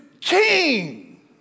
king